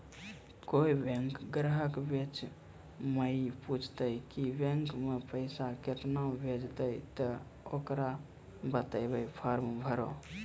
कोय बैंक ग्राहक बेंच माई पुछते की बैंक मे पेसा केना भेजेते ते ओकरा बताइबै फॉर्म भरो